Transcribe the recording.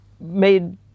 made